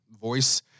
voice